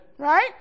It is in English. Right